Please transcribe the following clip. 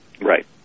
Right